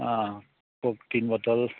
अँ कोक तिन बोतल